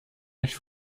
mich